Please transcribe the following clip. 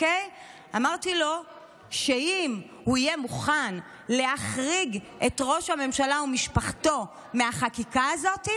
אמרתי לו שאם הוא יהיה מוכן להחריג את ראש הממשלה ומשפחתו מהחקיקה הזאת,